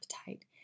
appetite